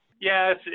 Yes